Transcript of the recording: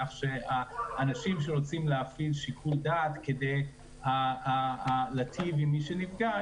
כך שהאנשים שרוצים להפעיל שיקול דעת כדי להיטיב עם מי שנפגע,